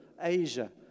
Asia